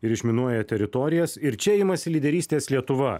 ir išminuoja teritorijas ir čia imasi lyderystės lietuva